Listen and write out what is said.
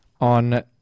on